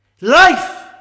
life